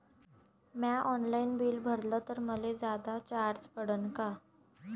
म्या online bill भरलं तर मले जादा चार्ज पडन का?